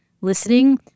listening